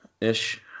ish